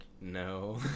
No